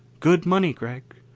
good money, gregg.